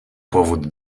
powód